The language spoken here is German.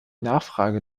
nachfrage